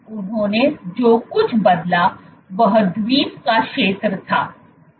उन्होंने जो कुछ बदला वह द्वीप का क्षेत्र था